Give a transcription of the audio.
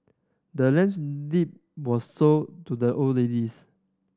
the land's deed was sold to the old ladies